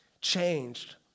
changed